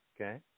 Okay